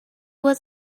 was